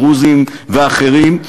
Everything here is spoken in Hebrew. דרוזים ואחרים,